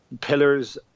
pillars